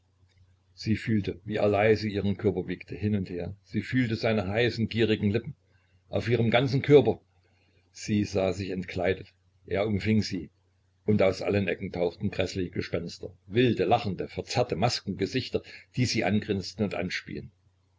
sie fühlte wie er leise ihren körper wiegte hin und her sie fühlte seine heißen gierigen lippen auf ihrem ganzen körper sie sah sich entkleidet er umfing sie und aus allen ecken tauchten gräßliche gespenster wilde lachende verzerrte maskengesichter die sie angrinsten und anspien